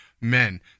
men